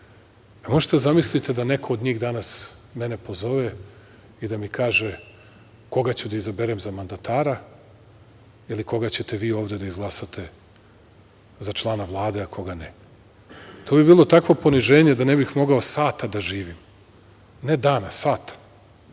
možete da zamislite da neko od njih danas mene pozove i da mi kaže koga ću da izaberem za mandatara ili koga ćete vi ovde da izglasate za člana Vlade, a koga ne? To bi bilo takvo poniženje da ne bih mogao sata da živim, ne dana, sata.